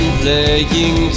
playing